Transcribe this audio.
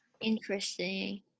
interesting